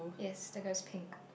yes then that's pink